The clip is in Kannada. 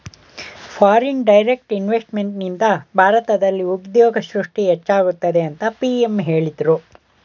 ಫಾರಿನ್ ಡೈರೆಕ್ಟ್ ಇನ್ವೆಸ್ತ್ಮೆಂಟ್ನಿಂದ ಭಾರತದಲ್ಲಿ ಉದ್ಯೋಗ ಸೃಷ್ಟಿ ಹೆಚ್ಚಾಗುತ್ತದೆ ಅಂತ ಪಿ.ಎಂ ಹೇಳಿದ್ರು